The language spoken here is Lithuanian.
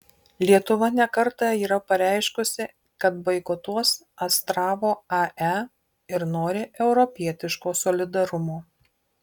lietuva ne kartą yra pareiškusi kad boikotuos astravo ae ir nori europietiško solidarumo